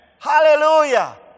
Hallelujah